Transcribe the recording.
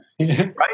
right